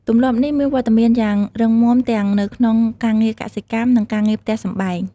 ទម្លាប់នេះមានវត្តមានយ៉ាងរឹងមាំទាំងនៅក្នុងការងារកសិកម្ម និងការងារផ្ទះសម្បែង។